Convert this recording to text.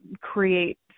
create